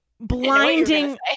blinding